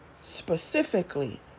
specifically